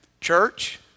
Church